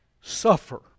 suffer